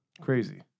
Crazy